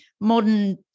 Modern